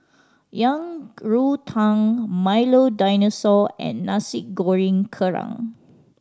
Yang Rou Tang Milo Dinosaur and Nasi Goreng Kerang